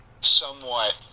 somewhat